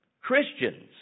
Christians